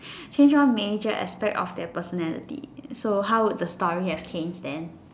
change one major aspect of their personality so how would the story have changed then